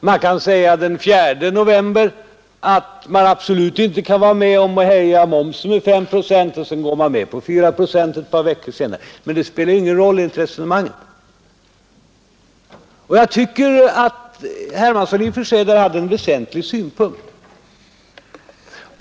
Man kan den 4 november säga att man absolut inte kan vara med att höja momsen med 5 procent, för att sedan gå med på 4 procents höjning ett par veckor senare — men det spelar ju enligt detta resonemang ingen roll. Jag tycker att herr Hermansson i Stockholm i och för sig framförde en väsentlig synpunkt.